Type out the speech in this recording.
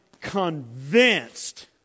convinced